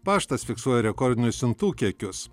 paštas fiksuoja rekordinius siuntų kiekius